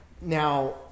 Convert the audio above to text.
Now